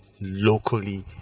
locally